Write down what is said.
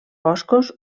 boscos